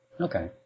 Okay